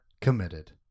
committed